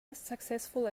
unsuccessful